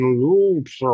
loops